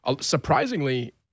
Surprisingly